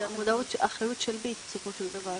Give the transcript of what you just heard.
המודעות, האחריות של מי בסופו של דבר?